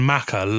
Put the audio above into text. Macca